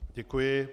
Děkuji.